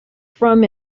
from